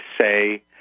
say